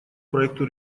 проекту